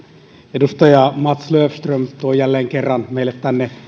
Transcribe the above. edustaja mats löfström tuo jälleen kerran meille tänne